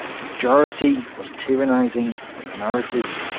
the majority was tyrannizing the minority,